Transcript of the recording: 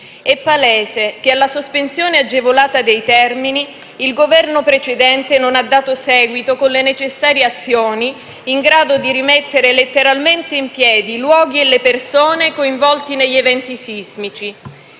È palese che alla sospensione agevolata dei termini il Governo precedente non ha dato seguito con le necessarie azioni in grado di rimettere letteralmente in piedi i luoghi e le persone coinvolti negli eventi sismici.